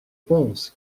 pons